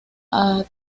ábside